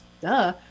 Duh